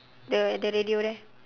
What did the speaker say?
the at the radio there